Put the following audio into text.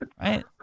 right